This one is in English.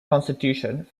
constitution